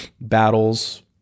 battles